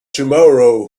tomorrow